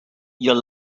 your